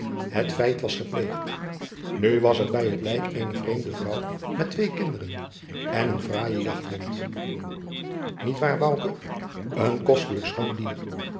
het feit was gepleegd nu was er bij het lijk eene vreemde jacob van lennep de pleegzoon vrouw met twee kinderen en een fraaie jachthond niet waar bouke een kostelijk schoon dier